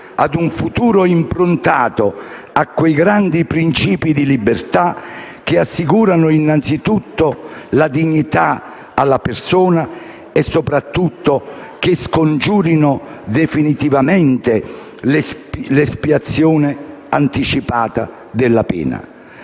a un futuro improntato a quei grandi principi di libertà, che assicurano innanzitutto la dignità alla persona e, soprattutto, che scongiurano definitivamente l'espiazione anticipata della pena.